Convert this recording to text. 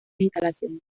instalaciones